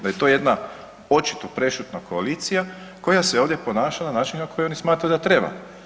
Da je to jedna očito prešutna koalicija koja je ovdje ponaša na način na koji oni smatraju da treba.